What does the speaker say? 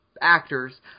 actors